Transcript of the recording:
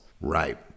Right